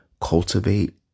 cultivate